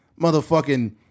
Motherfucking